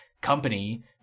company